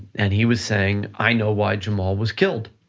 and he was saying, i know why jamal was killed.